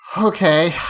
Okay